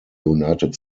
united